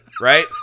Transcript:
Right